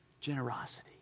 Generosity